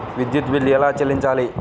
విద్యుత్ బిల్ ఎలా చెల్లించాలి?